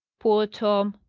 poor tom,